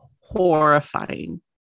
horrifying